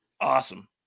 awesome